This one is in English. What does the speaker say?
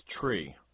tree